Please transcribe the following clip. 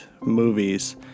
movies